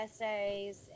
essays